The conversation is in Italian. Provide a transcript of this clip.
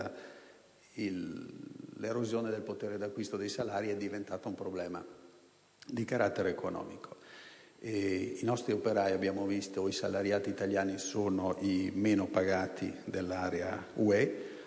l'erosione del potere di acquisto dei salari è diventato un problema di carattere economico. Abbiamo visto che i salariati italiani sono i meno pagati dell'area UE.